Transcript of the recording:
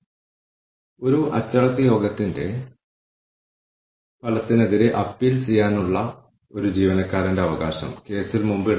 സമതുലിതമായ സ്കോർകാർഡ് എങ്ങനെ strategic management system ടൂളായി ഉപയോഗിക്കാമെന്ന് മനോഹരമായി വിവരിക്കുന്ന ഒരു പേപ്പറാണിത്